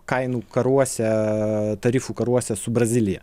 kainų karuose tarifų karuose su brazilija